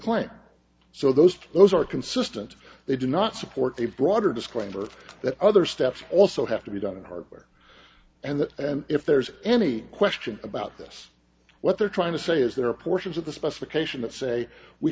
claim so those those are consistent they do not support the broader disclaimer that other steps also have to be done in hardware and that and if there's any question about this what they're trying to say is there are portions of the specification of say we